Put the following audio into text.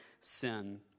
sin